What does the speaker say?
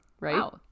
Right